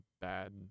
bad